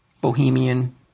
bohemian